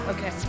Okay